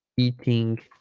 eating